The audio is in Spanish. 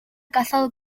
casado